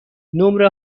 نمره